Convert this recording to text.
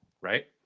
right